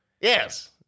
Yes